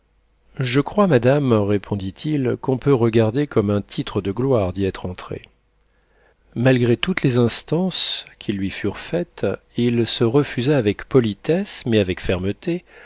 je crois madame répondit-il qu'on peut regarder comme un titre de gloire d'y être entré malgré toutes les instances qui lui furent faites il se refusa avec politesse mais avec fermeté